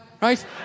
right